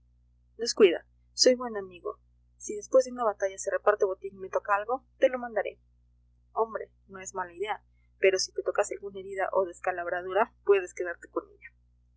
descuida soy buen amigo si después de una batalla se reparte botín y me toca algo te lo mandaré hombre no es mala idea pero si te tocase alguna herida o descalabradura puedes quedarte con ella